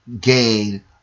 gain